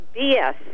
BS